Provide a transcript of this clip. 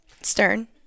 Stern